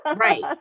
right